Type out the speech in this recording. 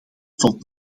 valt